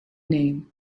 name